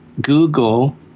Google